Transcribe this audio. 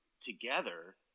together